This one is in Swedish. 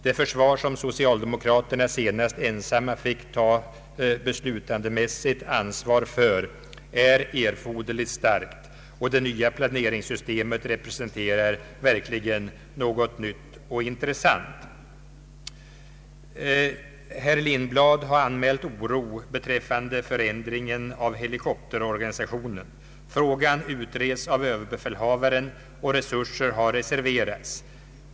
Det försvar som socialdemokraterna senast ensamma fick ta beslutsmässigt ansvar för är erforderligt starkt, och det nya planeringssystemet representerar verkligen något nytt och intressant. Herr Lindblad har anmält oro beträffande förändringen av helikopterorganisationen. Frågan utreds av överbefälhavaren, och resurser har reserverats.